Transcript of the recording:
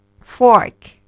fork